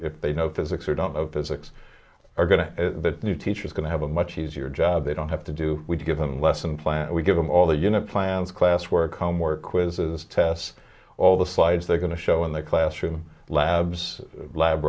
if they know physics or don't of physics are going to need teacher is going to have a much easier job they don't have to do we give them a lesson plan we give them all the unit plans classwork homework quizzes tests all the slides they're going to show in the classroom labs lab